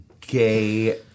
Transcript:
gay